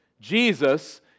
Jesus